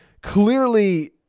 Clearly